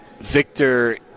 Victor